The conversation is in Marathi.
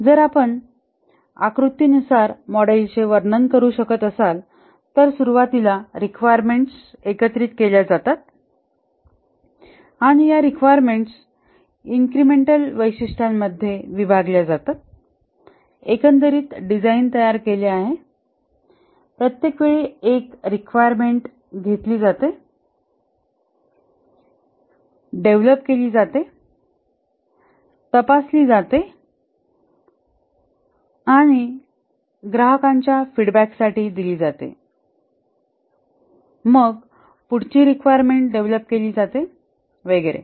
जर आपण आकृती नुसार मॉडेलचे वर्णन करू शकत असाल तर सुरुवातीला रिक्वायरमेंट्स एकत्रित केल्या जातात आणि या रिक्वायरमेंट्स इन्क्रिमेंटल वैशिष्ट्यांमध्ये विभागल्या जातात एकंदरीत डिझाईन तयार केले आहे प्रत्येक वेळी एक रिक्वायरमेंट्स घेतली जाते डेव्हलप केली जाते तपासली जाते आणि ग्राहकांच्या फीडबॅक साठी दिली जाते मग पुढची रिक्वायरमेंट्स डेव्हलप केली जाते वगैरे